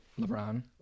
LeBron